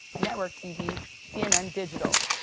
network tv cnn digital.